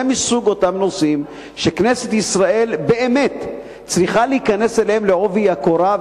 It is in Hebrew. זה מסוג הנושאים שכנסת ישראל באמת צריכה להיכנס בהם בעובי הקורה,